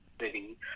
city